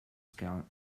scout